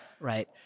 right